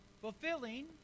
Fulfilling